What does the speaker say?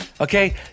okay